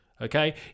okay